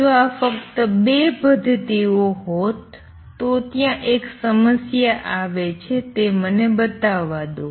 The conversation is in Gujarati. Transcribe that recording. જો આ ફક્ત ૨ પધ્ધતિઓ હોત તો ત્યાં એક સમસ્યા આવે છે તે મને બતાવવા દો